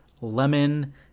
lemon